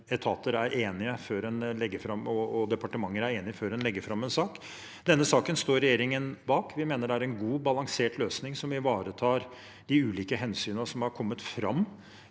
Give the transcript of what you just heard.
etater og departementer er enig før en legger fram en sak. Denne saken står regjeringen bak. Vi mener det er en god, balansert løsning som ivaretar de ulike hensynene som har kommet fram